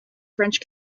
french